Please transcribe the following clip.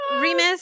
Remus